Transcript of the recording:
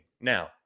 Now